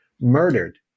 murdered